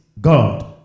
God